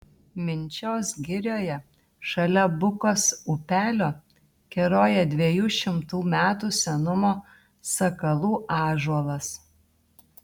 minčios girioje šalia bukos upelio keroja dviejų šimtų metų senumo sakalų ąžuolas